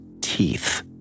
teeth